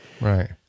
right